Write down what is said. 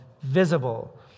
visible